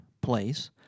place